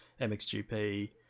mxgp